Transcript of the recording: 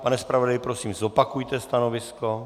Pane zpravodaji, prosím, zopakujte stanovisko.